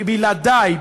בלעדי,